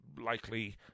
likely